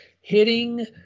hitting